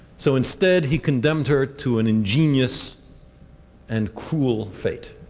so instead, he condemned her to an ingenious and cruel fate.